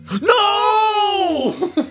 No